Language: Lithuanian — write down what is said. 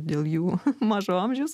dėl jų mažo amžiaus